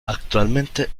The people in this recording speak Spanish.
actualmente